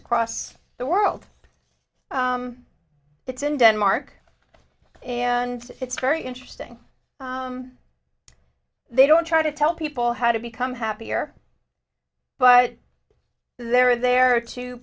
across the world it's in denmark and it's very interesting they don't try to tell people how to become happier but they're there to